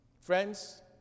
Friends